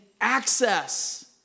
access